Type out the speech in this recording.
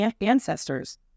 ancestors